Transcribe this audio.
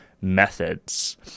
methods